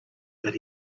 that